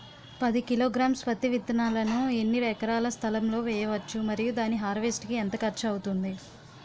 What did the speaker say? పది కిలోగ్రామ్స్ పత్తి విత్తనాలను ఎన్ని ఎకరాల స్థలం లొ వేయవచ్చు? మరియు దాని హార్వెస్ట్ కి ఎంత ఖర్చు అవుతుంది?